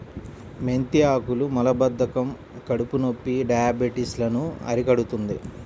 మెంతి ఆకులు మలబద్ధకం, కడుపునొప్పి, డయాబెటిస్ లను అరికడుతుంది